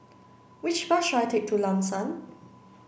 which bus should I take to Lam San